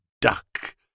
duck